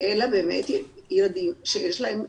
אלא באמת ילדים שיש להם,